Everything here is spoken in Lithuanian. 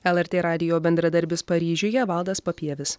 lrt radijo bendradarbis paryžiuje valdas papievis